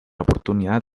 oportunidad